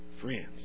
friends